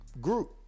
group